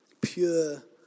Pure